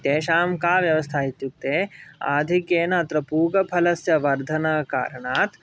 तेषां का व्यवस्था इत्युक्ते आधिक्येन अत्र पूगफलस्य वर्धनकारणात्